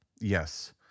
Yes